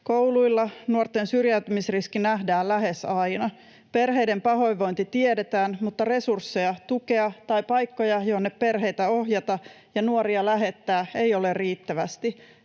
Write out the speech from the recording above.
Kouluilla nuorten syrjäytymisriski nähdään lähes aina. Perheiden pahoinvointi tiedetään, mutta resursseja, tukea tai paikkoja, jonne perheitä ohjata ja nuoria lähettää, ei ole riittävästi.